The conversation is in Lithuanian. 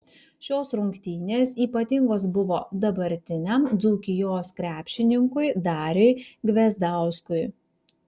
šios rungtynės ypatingos buvo dabartiniam dzūkijos krepšininkui dariui gvezdauskui